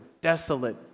desolate